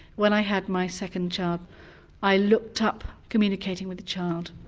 when i had my second child i looked up communicating with a child,